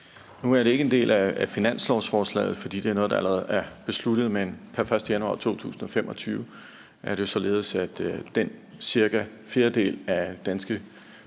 Nu er det ikke en del af finanslovsforslaget, for det er noget, der allerede er besluttet. Men pr. 1. januar 2025 er det således, at den cirka fjerdedel af de danske